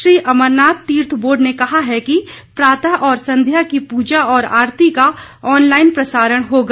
श्री अमरनाथ तीर्थ बोर्ड ने कहा है कि प्रातः और संध्या की पूजा और आरती का ऑनलाइन प्रसारण होगा